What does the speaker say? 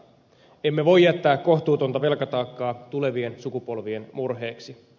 emme voi jättää kohtuutonta velkataakkaa tulevien sukupolvien murheeksi